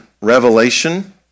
revelation